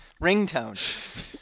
Ringtone